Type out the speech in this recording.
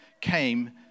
came